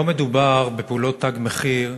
לא מדובר בפעולות "תג מחיר",